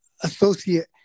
associate